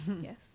Yes